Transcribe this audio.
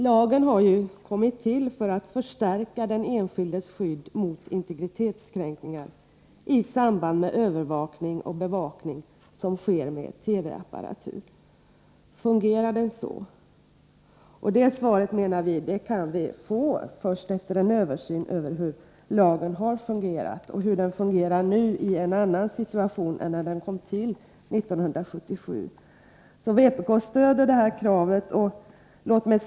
Lagen har kommit till för att förstärka den enskildes skydd mot integritetskränkningar i samband med övervakning och bevakning som sker med TV-apparatur. Fungerar den så? Vi menar att man kan få svar på den frågan först efter en översyn av hur lagen har fungerat och hur den fungerar nu, i en annan situation än när den genomfördes år 1977. Vpk stöder alltså kravet på en översyn.